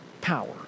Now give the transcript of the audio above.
power